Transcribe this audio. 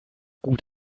gut